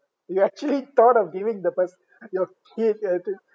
you actually thought of giving the pers~ your kid at twenty